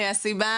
הסיבה